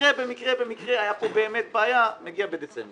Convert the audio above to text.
הייתה כאן בעיה, מגיע בדצמבר.